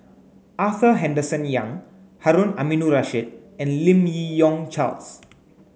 Arthur Henderson Young Harun Aminurrashid and Lim Yi Yong Charles